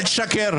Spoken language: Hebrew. אל תשקר.